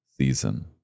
season